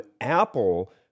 Apple